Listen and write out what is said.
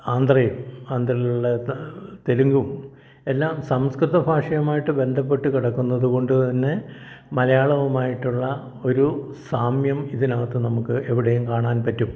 ആന്ധ്രയും ആന്ധ്രയിലുള്ള തെലുങ്കും എല്ലാം സംസ്കൃതഭാഷയുമായിട്ട് ബന്ധപ്പെട്ട് കിടക്കുന്നത് കൊണ്ട് തന്നെ ഒരു സാമ്യം ഇതിനകത്ത് നമുക്ക് എവിടെയും കാണാൻ പറ്റും